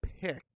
pick